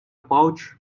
pouch